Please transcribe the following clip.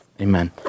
Amen